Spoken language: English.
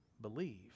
believe